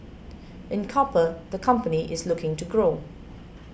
in copper the company is looking to grow